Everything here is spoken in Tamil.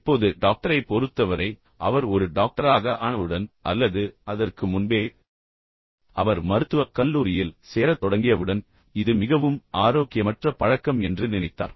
இப்போது டாக்டோவைப் பொறுத்தவரை அவர் ஒரு டாக்டராக ஆனவுடன் அல்லது அதற்கு முன்பே அவர் மருத்துவக் கல்லூரியில் சேரத் தொடங்கியவுடன் இது மிகவும் ஆரோக்கியமற்ற பழக்கம் என்று நினைத்தார்